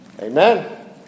Amen